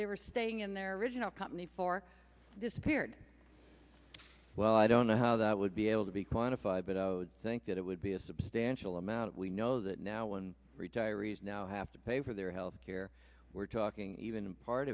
they were staying in their original company for disappeared well i don't know how that would be able to be quantified but i think that it would be a substantial amount we know that now when retirees now have to pay for their health care we're talking even part